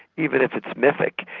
even if it's mythic,